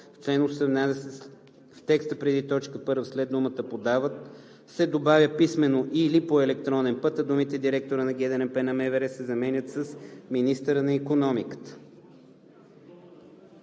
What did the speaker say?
в текста преди т. 1 след думата „подават“ се добавя „писмено или по електронен път“, а думите „директора на ГДНП на МВР“ се заменят с „министъра на икономиката“.